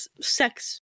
sex